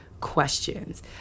questions